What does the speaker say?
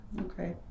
Okay